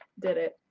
did it.